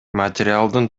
материалдын